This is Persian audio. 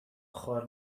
خوار